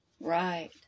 Right